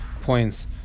points